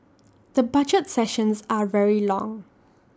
the budget sessions are very long